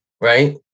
right